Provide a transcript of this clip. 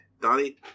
Donnie